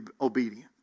obedient